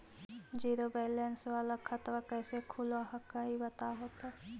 Zero balance वाला खतवा कैसे खुलो हकाई बताहो तो?